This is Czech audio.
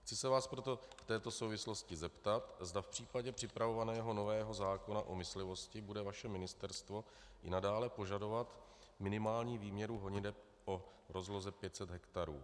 Chci se vás proto v této souvislosti zeptat, zda v případě připravovaného nového zákona o myslivosti bude vaše ministerstvo i nadále požadovat minimální výměru honiteb o rozloze 500 hektarů.